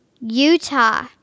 Utah